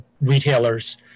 retailers